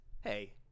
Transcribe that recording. Hey